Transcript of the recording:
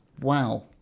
Wow